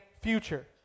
future